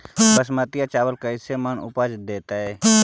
बासमती चावल कैसे मन उपज देतै?